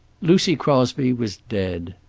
lucy crosby was dead.